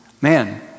man